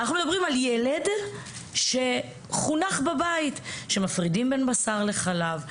אנחנו מדברים על ילד שחונך בבית שמפרידים בין בשר לחלב.